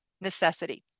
necessity